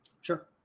sure